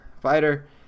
Fighter